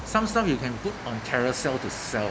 some stuff you can put on carousell to sell